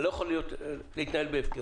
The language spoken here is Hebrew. אני לא יכול להתנהל בהפקרות.